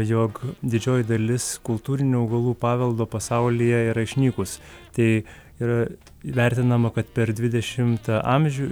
jog didžioji dalis kultūrinių augalų paveldo pasaulyje yra išnykus tai yra įvertinama kad per dvidešimtą amžių